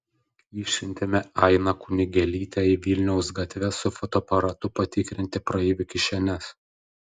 išsiuntėme ainą kunigėlytę į vilniaus gatves su fotoaparatu patikrinti praeivių kišenes